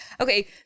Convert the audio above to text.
Okay